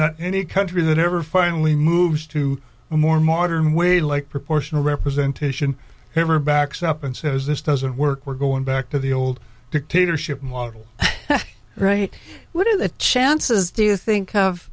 that any country that ever finally moved to a more modern way like proportional representation never backs up and says this doesn't work we're going back to the old dictatorship model right what are the chances do you think of